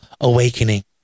awakening